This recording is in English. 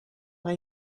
are